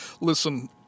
Listen